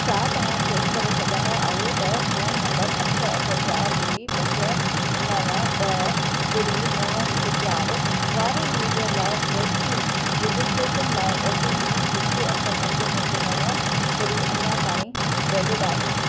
छा तव्हां चैक करे सघंदा आहियो त फोन नंबर अठ अठ चार ॿुड़ी पंज नव ॿ ॿुड़ी नव हिकु चार वारे यूज़र लाइ वैक्सीन रजिस्ट्रेशन लाइ ओ टी पी हिकु अठ पंज पंज नव ॿुड़ी अञा ताईं वैलिड आहे